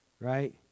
right